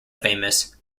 famous